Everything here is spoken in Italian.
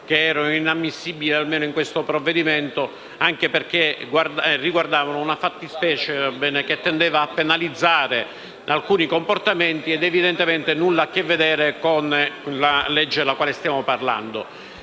che erano inammissibili, almeno in questo provvedimento, anche perché riguardavano una fattispecie che tendeva a contrastare alcuni comportamenti, senza avere nulla a che vedere con il provvedimento di cui stiamo parlando.